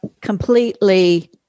completely